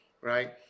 right